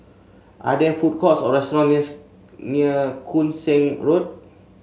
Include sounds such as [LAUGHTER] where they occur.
are there food courts or restaurant near [UNINTELLIGIBLE] near Koon Seng Road